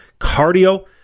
cardio